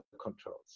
controls